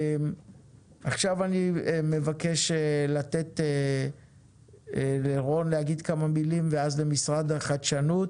עכשיו אני מבקש לתת לרון להגיד כמה מילים ואז למשרד החדשנות